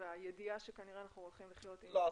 והידיעה שכנראה אנחנו הולכים לחיות עם --- בדיוק.